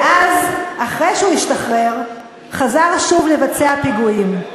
ואז, אחרי שהוא השתחרר, חזר שוב לבצע פיגועים.